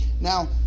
Now